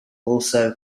also